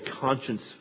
Conscience